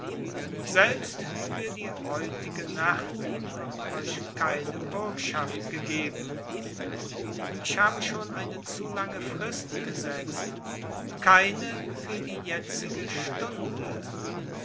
freude für die heutige nacht wird euch keine bürgschaft gegeben ich habe schon eine zu lange frist gesetzt keine für die jetzige stunde